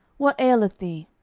what aileth thee?